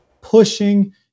pushing